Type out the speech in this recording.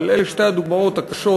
אבל אלה שתי הדוגמאות הקשות,